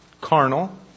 carnal